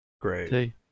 Great